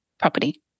property